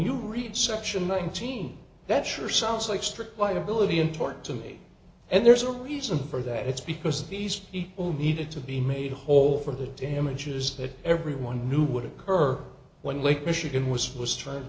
you read section nineteen that sure sounds like strict liability in tort to me and there's a reason for that it's because these people needed to be made whole for the damages that everyone knew would occur when lake michigan was was trying to